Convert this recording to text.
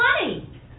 money